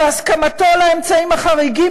והסכמתו ל'אמצעים החריגים',